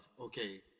okay